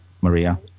Maria